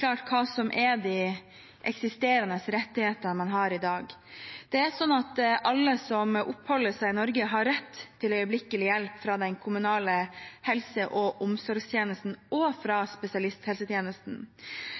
klart hva som er de eksisterende rettighetene man har i dag. Alle som oppholder seg i Norge, har rett til øyeblikkelig hjelp fra den kommunale helse- og omsorgstjenesten og fra spesialisthelsetjenesten.